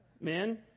men